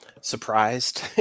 Surprised